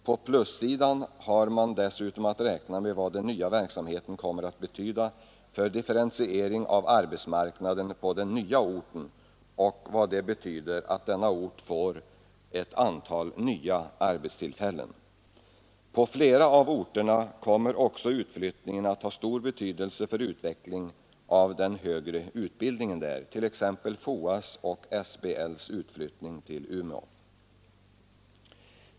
På plussidan har man dessutom att räkna med vad verksamheten kommer att betyda för en differentiering av arbetsmarknaden på den nya orten och vad det betyder att denna ort får ett antal nya arbetstillfällen. På flera av orterna kommer också utflyttningen att ha stor betydelse för utvecklingen av den högre utbildningen där, t.ex. FOA:s och SBL:s utflyttning till Umeå.